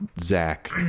Zach